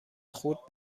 خرد